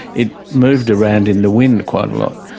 it moved around in the wind quite a lot.